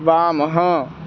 वामः